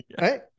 right